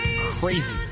crazy